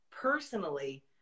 personally